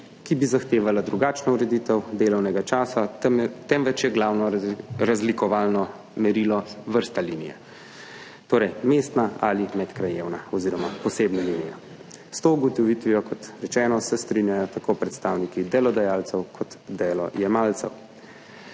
ki bi zahtevala drugačno ureditev delovnega časa, temveč je glavno razlikovalno merilo vrsta linije, torej mestna ali medkrajevna oziroma posebna linija. S to ugotovitvijo, kot rečeno, se strinjajo tako predstavniki delodajalcev kot delojemalcev.